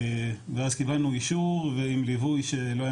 ואז קיבלנו אישור ועם ליווי שלא היה